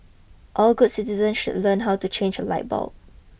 all good citizens should learn how to change a light bulb